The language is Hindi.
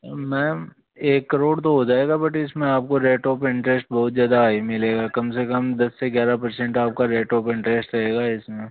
मैम एक करोड़ तो हो जाएगा बट इसमें आपको रेट ऑफ इंटरेस्ट बहुत ज़्यादा हाई मिलेगा कम से कम दस से ग्यारह परसेंट आपका रेट ऑफ इंटरेस्ट रहेगा इसमें